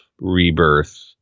rebirth